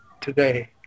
today